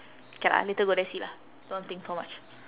K lah later go there see lah don't think so much